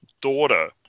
daughter